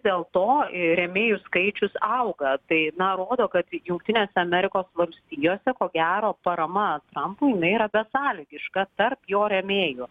dėl to rėmėjų skaičius auga tai rodo kad jungtinėse amerikos valstijose ko gero parama trampui jinai yra besąlygiška tarp jo rėmėjų